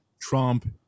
Trump